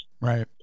Right